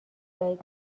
بعید